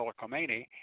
Khomeini